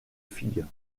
fille